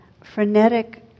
frenetic